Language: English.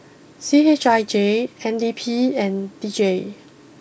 C H I J N D P and D J